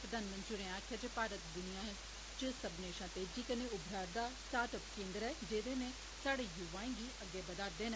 प्रघानमंत्री होरें आक्खेआ जे भारत दुनिया च सब्बने शां तेज़ी कन्नै उमरा रदा स्मार्ट अप केन्द्र ऐ जेदे ने साढ़े युवाएं गी अग्गै बदा'रदे न